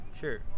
Sure